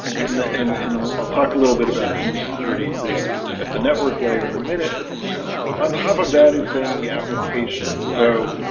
and and and i'll talk a little bit about some of the security risks at the network layer in a minute on top of that is then the application, so